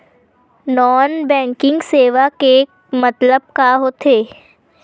Non banking सेवा के मतलब का होथे?